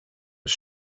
was